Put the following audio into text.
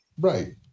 Right